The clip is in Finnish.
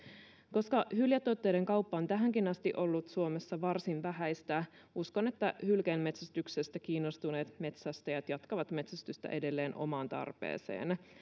koska hyljetuotteiden kauppa on tähänkin asti ollut suomessa varsin vähäistä uskon että hylkeenmetsästyksestä kiinnostuneet metsästäjät jatkavat metsästystä edelleen omaan tarpeeseen